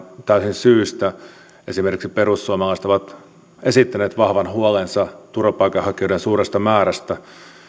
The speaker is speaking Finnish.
syystä esimerkiksi perussuomalaiset ovat esittäneet vahvan huolensa turvapaikanhakijoiden suuresta määrästä